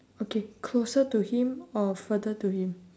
okay closer to him or further to him